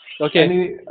Okay